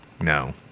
no